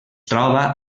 troba